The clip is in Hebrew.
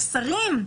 השרים,